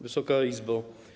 Wysoka Izbo!